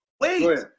Wait